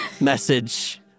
message